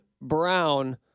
Brown